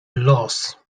los